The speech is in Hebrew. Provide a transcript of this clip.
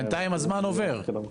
בינתיים הזמן עובר.